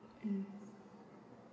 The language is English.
mm